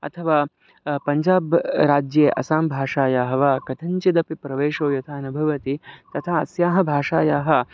अथवा पञ्जाब् राज्ये असां भाषायाः वा कथञ्चदपि प्रवेशो यथा न भवति तथा अस्याः भाषायाः